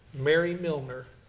mary millner.